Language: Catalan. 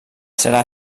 serà